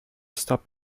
stop